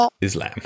Islam